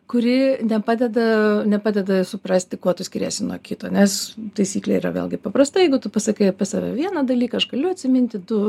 kuri nepadeda nepadeda suprasti kuo tu skiriasi nuo kito nes taisyklė yra vėlgi paprasta jeigu tu pasakai apie save vieną dalyką aš galiu atsiminti du